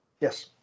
Yes